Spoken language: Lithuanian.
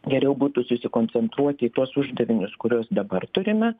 geriau būtų susikoncentruoti į tuos uždavinius kuriuos dabar turime